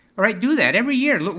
alright, do that, every year, but